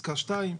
פסקה (2),